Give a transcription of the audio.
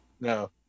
No